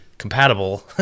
compatible